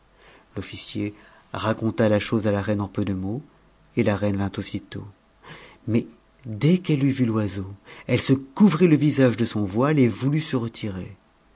l'officier raconta la chose a ta reine en peu de mots et la reine vint aussitôt mais dès qu'elle eut vu t'oiseau elle se couvrit le visage de son voile et voulut se retirer